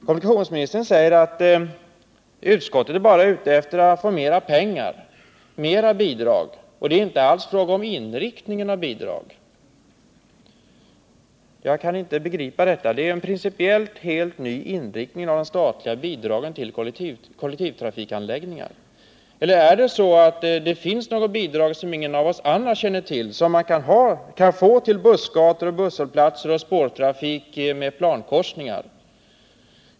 Kommunikationsministern säger att utskottet bara är ute efter att få mer pengar och att det inte alls är fråga om inriktningen av bidragen. Jag kan inte begripa detta. Utskottet föreslår en principiellt helt ny inriktning av de statliga bidragen till kollektivtrafikanläggningar — eller finns det något bidrag som ingen av oss andra känner till, som man kan få till bussgator, busshållplatser eller spårtrafik med planskilda korsningar?